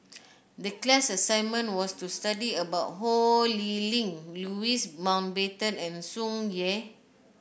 the class assignment was to study about Ho Lee Ling Louis Mountbatten and Tsung Yeh